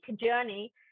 journey